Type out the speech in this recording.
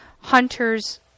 hunter's